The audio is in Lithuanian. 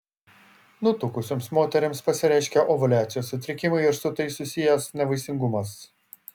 nutukusioms moterims pasireiškia ovuliacijos sutrikimai ir su tai susijęs nevaisingumas